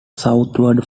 southward